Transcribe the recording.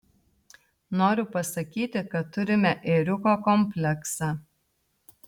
noriu pasakyti kad turime ėriuko kompleksą